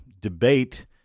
debate